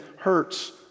hurts